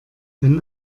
wenn